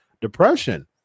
depression